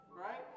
right